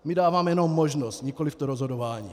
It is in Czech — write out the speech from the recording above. My dáváme jenom možnost, nikoli to rozhodování.